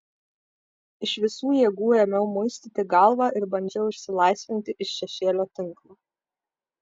iš visų jėgų ėmiau muistyti galvą ir bandžiau išsilaisvinti iš šešėlių tinklo